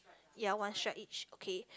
ya one stripe each okay